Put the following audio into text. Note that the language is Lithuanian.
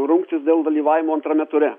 rungtis dėl dalyvavimo antrame ture